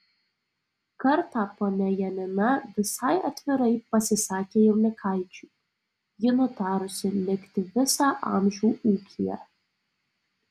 kartą ponia janina visai atvirai pasisakė jaunikaičiui ji nutarusi likti visą amžių ūkyje